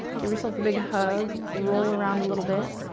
give yourself a big hug. roll around a little bit.